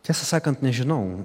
tiesą sakant nežinau